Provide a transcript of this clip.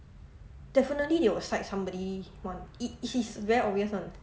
definitely they will side somebody one it is very obvious [one]